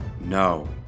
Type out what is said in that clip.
no